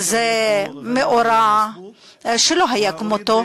וזה מאורע שלא היה כמותו.